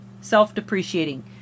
Self-depreciating